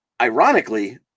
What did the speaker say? ironically